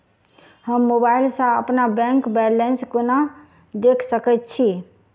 हम मोबाइल सा अपने बैंक बैलेंस केना देख सकैत छी?